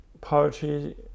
poetry